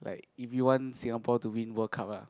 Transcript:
like if you want Singapore to win World Cup ah